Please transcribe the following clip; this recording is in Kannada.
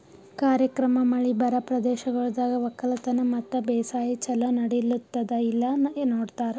ಕಾರ್ಯಕ್ರಮ ಮಳಿ ಬರಾ ಪ್ರದೇಶಗೊಳ್ದಾಗ್ ಒಕ್ಕಲತನ ಮತ್ತ ಬೇಸಾಯ ಛಲೋ ನಡಿಲ್ಲುತ್ತುದ ಇಲ್ಲಾ ನೋಡ್ತಾರ್